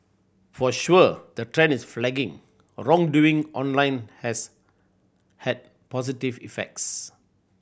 for sure the trend in flagging wrongdoing online has had positive effects